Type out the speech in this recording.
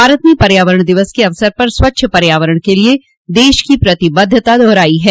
भारत ने पर्यावरण दिवस के अवसर पर स्वच्छ पर्यावरण के लिए देश की प्रतिबद्धता दोहराई है